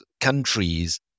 countries